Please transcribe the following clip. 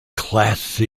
class